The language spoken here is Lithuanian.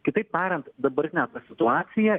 kitaip tariant dabartinė ta situacija